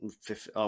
Fifth